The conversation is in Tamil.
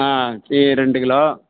ஆ ஜீனி ரெண்டு கிலோ